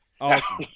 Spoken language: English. Awesome